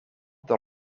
dat